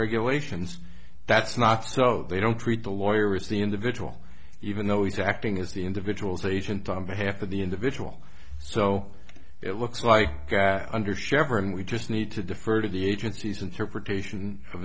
regulations that's not so they don't treat the lawyer as the individual even though he's acting as the individual's agent on behalf of the individual so it looks like under chevron we just need to defer to the agency's interpretation of